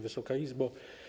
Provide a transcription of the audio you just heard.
Wysoka Izbo!